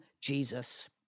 Jesus